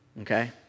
Okay